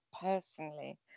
personally